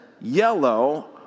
yellow